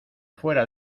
fuera